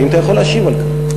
האם אתה יכול להשיב על כך?